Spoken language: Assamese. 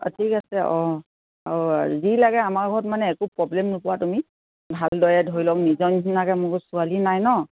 অঁ ঠিক আছে অঁ হব বাৰু যি লাগে আমাৰ ঘৰত মানে একো প্ৰ'ব্লেম নোপোৱা তুমি ভালদৰে ধৰি লওক নিজৰ নিচিনাকে মোৰো ছোৱালী নাই ন